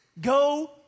Go